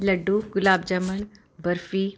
ਲੱਡੂ gulab jamun barfi